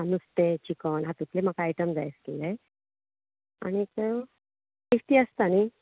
ना नुस्तें चिकन हातूंतलें म्हाका आयटम जाय आशिल्ले आनीक नुस्ती आसता न्ही